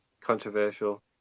controversial